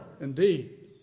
indeed